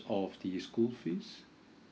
of the school fees